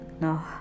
no